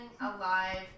alive